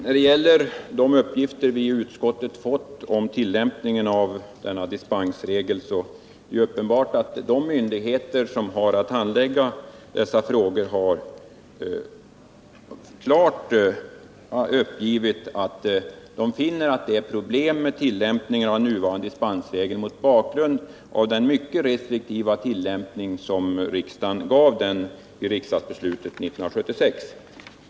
Fru talman! Vi har i utskottet fått uppgifter om tillämpningen av denna dispensregel. De myndigheter som har att handlägga dessa frågor har klart uppgivit att det är problem förenade med tillämpningen av dispensregeln på grund av den mycket restriktiva utformning som riksdagen gav den vid riksdagsbeslutet 1976.